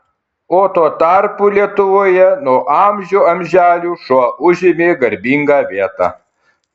o tuo tarpu lietuvoje nuo amžių amželių šuo užėmė garbingą vietą